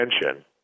attention